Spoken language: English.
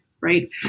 right